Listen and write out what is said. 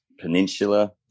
peninsula